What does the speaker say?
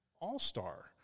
all-star